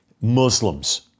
Muslims